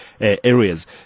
areas